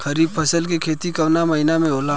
खरीफ फसल के खेती कवना महीना में होला?